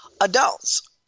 Adults